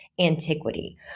antiquity